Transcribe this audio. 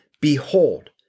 Behold